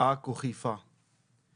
עכו חיפה,